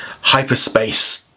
hyperspace